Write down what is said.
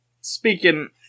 speaking